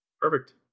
Perfect